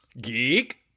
Geek